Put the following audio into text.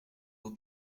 vaut